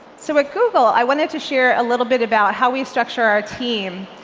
so at google, i wanted to share a little bit about how we structure our team.